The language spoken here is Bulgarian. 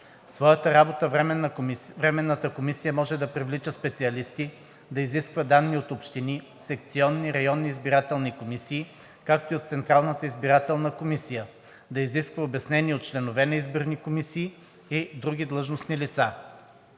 своята работа Временната комисия може да привлича специалисти, да изисква данни от общини, секционни, районни избирателни комисии, както и от Централната избирателна комисия, да изисква обяснение от членове на изборни комисии и други длъжностни лица.